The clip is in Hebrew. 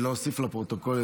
להוסיף לפרוטוקול,